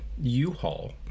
U-Haul